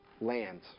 land